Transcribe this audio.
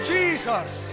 Jesus